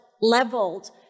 leveled